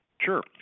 Sure